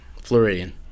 Floridian